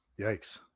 yikes